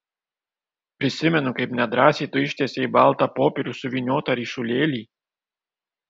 prisimenu kaip nedrąsiai tu ištiesei į baltą popierių suvyniotą ryšulėlį